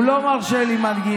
הוא לא מרשה לי מנגינה.